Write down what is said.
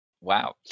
Wow